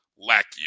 Lackey